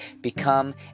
become